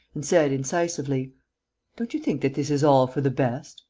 and said, incisively don't you think that this is all for the best?